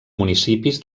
municipis